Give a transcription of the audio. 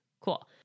cool